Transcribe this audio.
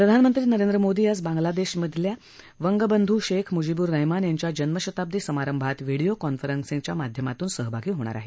प्रधानमंत्री नरेंद्र मोदी आज बांगलादेशमधे वंग बंधू शेख मुजीबूर रहमान यांच्या जन्मशताब्दी समारंभात विहडियो कॉन्फरन्सिंगच्या माध्यमातून सहभागी होणार आहेत